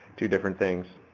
two different things.